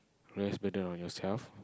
less burden on yourself